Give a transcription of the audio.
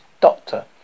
Doctor